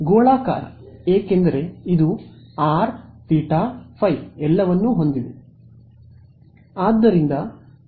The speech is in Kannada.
ಗೋಳಾಕಾರ ಏಕೆಂದರೆ ಅದು ಆರ್ ಥೀಟಾ ಫೈ r θ ϕ ಎಲ್ಲವನ್ನೂ ಹೊಂದಿದೆ